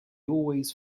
always